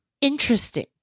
interesting